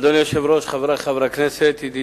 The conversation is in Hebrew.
רצוני